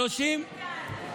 שלוש זה הרבה.